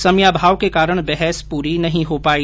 समयाभाव के कारण बहस पूरी नहीं हो पाई